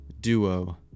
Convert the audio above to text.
duo